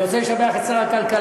אני רוצה לשבח את שר הכלכלה,